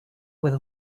with